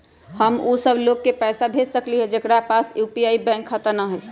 हम उ सब लोग के पैसा भेज सकली ह जेकरा पास यू.पी.आई बैंक खाता न हई?